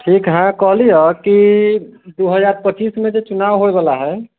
ठीक है कहलू है कि दू हजार पच्चीसमे जे चुनाव होय बला हय